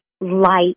light